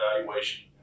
evaluation